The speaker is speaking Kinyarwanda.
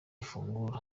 ifunguro